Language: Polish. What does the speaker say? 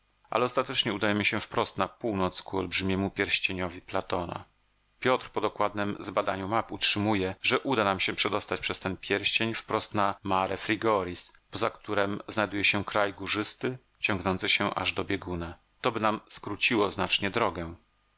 ale ostatecznie udajemy się wprost na północ ku olbrzymiemu pierścieniowi platona piotr po dokładnem zbadaniu map utrzymuje że uda nam się przedostać przez ten pierścień wprost na mare frigoris poza którem znajduje się kraj górzysty ciągnący się aż do bieguna toby nam skróciło znacznie drogę